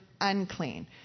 unclean